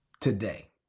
today